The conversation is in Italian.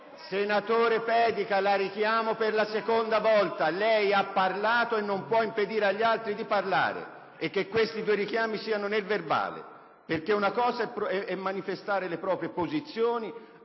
Pedica, la richiamo per la seconda volta. Lei ha parlato e non può impedirlo agli altri. E che questi due richiami siano messi a verbale, perché una cosa è manifestare le proprie opinioni,